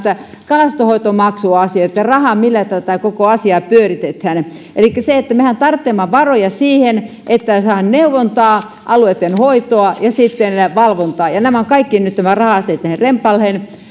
kalastonhoitomaksuasiat ja raha millä tätä koko asiaa pyöritetään elikkä mehän tarvitsemme varoja siihen että saadaan neuvontaa alueitten hoitoa ja valvontaa ja nämä kaikki raha asiat ovat nyt jääneet rempalleen